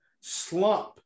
slump